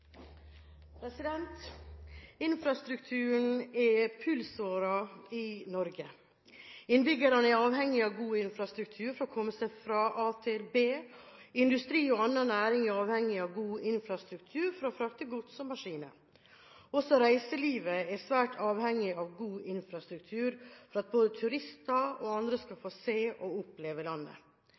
Infrastrukturen er pulsåren i Norge. Innbyggerne er avhengig av god infrastruktur for å komme seg fra a til b. Industri og annen næring er avhengig av god infrastruktur for å frakte gods og maskiner. Også reiselivet er svært avhengig av god infrastruktur for at både turister og andre skal få se og oppleve landet.